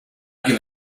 give